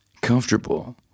comfortable